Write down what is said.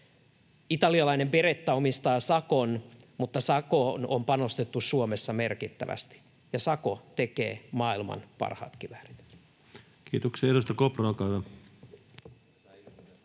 Italialainen Beretta omistaa Sakon, mutta Sakoon on panostettu Suomessa merkittävästi. Ja Sako tekee maailman parhaat kiväärit. Kiitoksia. — Edustaja Kopra,